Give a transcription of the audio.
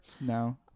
No